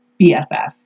BFF